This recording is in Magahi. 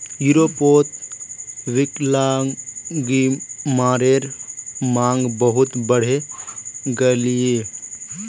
यूरोपोत विक्लान्ग्बीमार मांग बहुत बढ़े गहिये